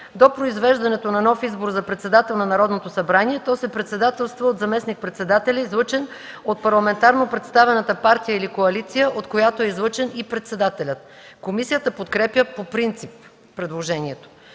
До произвеждането на нов избор за председател на Народното събрание то се председателства от заместник-председателя, излъчен от парламентарно представената партия или коалиция, от която е излъчен и председателят.” Комисията подкрепя по принцип предложението.